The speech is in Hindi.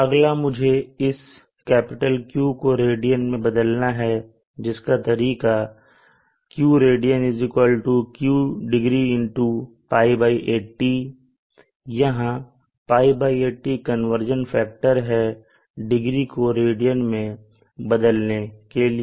अगला मुझे इस Q को रेडियन में बदलना है जिसका तरीका है Q Q x Π80 यहां Π80 कन्वर्जन फैक्टर है डिग्री को रेडियन में बदलने के लिए